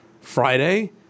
Friday